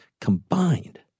combined